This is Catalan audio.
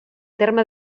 terme